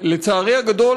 לצערי הגדול,